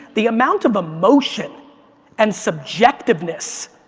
the amount of emotion and subjectiveness.